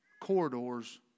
corridors